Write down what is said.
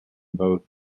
both